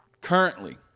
currently